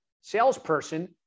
salesperson